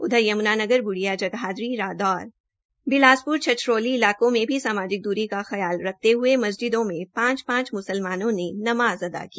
उधर यमुनानगर बूडिया जगाधरी रादौर बिलासप्र छछरौली इलाकों में भी सामाजिक दूरी का ख्याल रखते हये मस्जिदों में पांच पांच म्सलमानों ने नमाज अता की